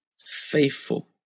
faithful